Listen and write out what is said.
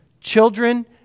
Children